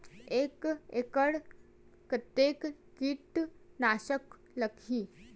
एक एकड़ कतेक किट नाशक लगही?